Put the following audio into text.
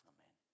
Amen